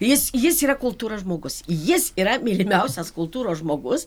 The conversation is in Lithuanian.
jis jis yra kultūros žmogus jis yra mylimiausias kultūros žmogus